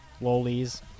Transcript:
lolies